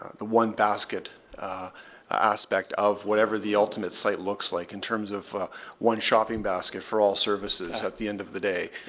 one basket aspect of whatever the ultimate site looks like in terms of one shopping basket for all services at the end of the day.